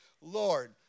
lord